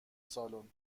سالن